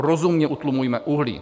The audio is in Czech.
Rozumně utlumujme uhlí.